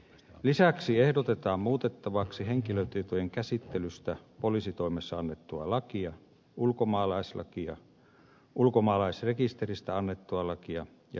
lisäksi ehdotetaan muutettavaksi henkilötietojen käsittelystä poliisitoimessa annettua lakia ulkomaalaislakia ulkomaalaisrekisteristä annettua lakia ja löytötavaralakia